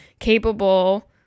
capable